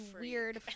weird